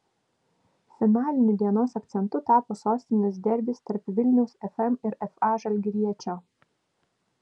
finaliniu dienos akcentu tapo sostinės derbis tarp vilniaus fm ir fa žalgiriečio